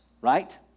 right